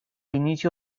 inicio